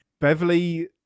Beverly